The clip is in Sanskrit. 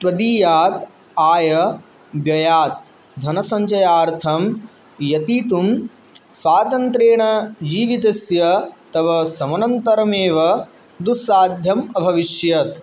त्वदीयात् आयव्ययात् धनसञ्चयार्थं यतितुं स्वातन्त्र्येण जीवितस्य तव समनन्तरमेव दुस्साध्यम् अभविष्यत्